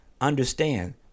understand